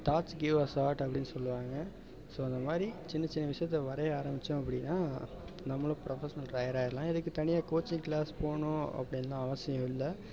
thoughts give a start அப்படின்னு சொல்வாங்க so அந்த மாதிரி சின்னச் சின்ன விசயத்தை வரைய ஆரம்பிச்சோம் அப்படின்னா நம்மளும் ப்ரொபெஷனல் ட்ராயராக ஆகிரலாம் இதுக்கு தனியாக கோச்சிங் க்ளாஸ் போகணும் அப்படின்னுலாம் அவசியம் இல்லை